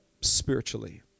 spiritually